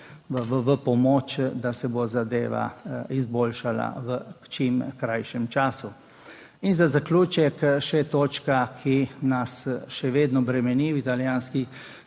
v pomoč, da se bo zadeva izboljšala v čim krajšem času. In za zaključek še točka, ki nas še vedno bremeni v italijanski